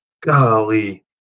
golly